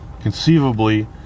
conceivably